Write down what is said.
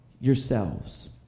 yourselves